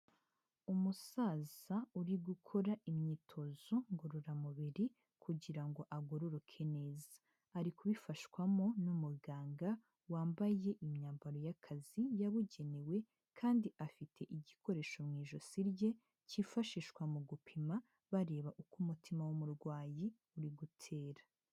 Umusaza uri gukora imyitozo ngororamubiri kugira ngo agororoke neza, ari kubifashwamo n'umuganga wambaye imyambaro y'akazi yabugenewe kandi afite igikoresho mu ijosi rye kifashishwa mu gupima bareba uko umutima w'umurwayi uri gutera.